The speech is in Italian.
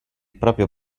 proprio